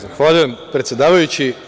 Zahvaljujem, predsedavajući.